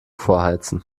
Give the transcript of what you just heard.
vorheizen